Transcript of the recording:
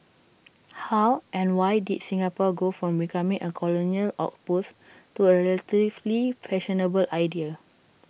how and why did Singapore go from becoming A colonial outpost to A relatively fashionable idea